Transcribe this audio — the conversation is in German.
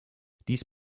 dies